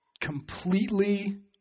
completely